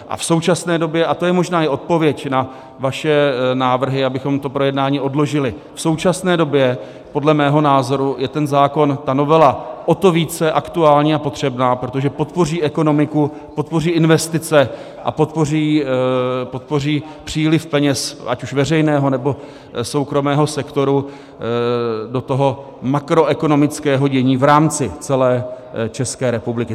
A v současné době, a to je možná i odpověď na vaše návrhy, abychom to projednání odložili, je podle mého názoru ten zákon, ta novela o to více aktuální a potřebná, protože podpoří ekonomiku, podpoří investice a podpoří příliv peněz ať už veřejného, nebo soukromého sektoru, do toho makroekonomického dění v rámci celé České republiky.